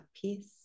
peace